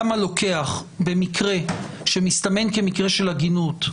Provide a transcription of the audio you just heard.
למה לוקח במקרה שמסתמן כמקרה של עגינות,